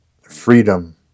freedom